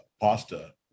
pasta